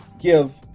give